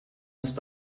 ist